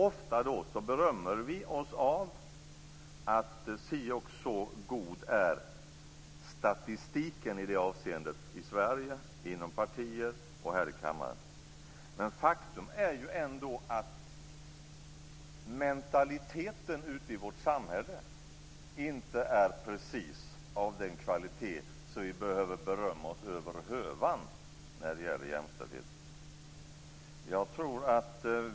Ofta berömmer vi oss av att si och så god är statistiken i det avseendet i Sverige, inom partiet och här i kammaren. Men faktum är ändå att mentaliteten i vårt samhälle när det gäller jämställdhet inte är precis av den kvalitet som vi kan berömma oss över hövan med.